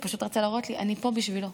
הוא פשוט רצה להראות לי: אני פה בשבילו.